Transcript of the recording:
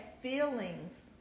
feelings